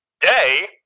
Day